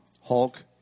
Hulk